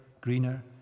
greener